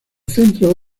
centro